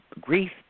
Grief